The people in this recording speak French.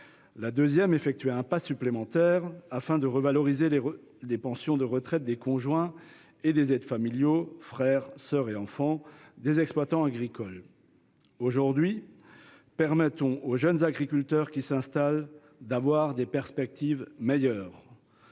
La seconde effectuait un pas supplémentaire afin de revaloriser les pensions de retraite des conjoints et aides familiaux- frères, soeurs et enfants -des exploitants agricoles. Aujourd'hui, permettons aux jeunes agriculteurs qui s'installent d'avoir des perspectives meilleures